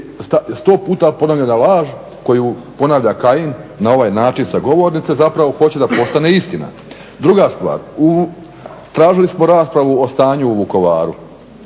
to sto puta ponovljena laž koju ponavlja Kajin na ovaj način sa govornice, hoće da postane istina. Druga stvar, tražili smo raspravu o stanju u Vukovaru,